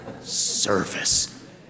service